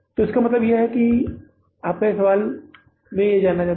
तो इसका मतलब है कि आप कह सकते हैं कि आपका सवाल यह है कि आप क्या जानना चाहते हैं